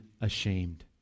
ashamed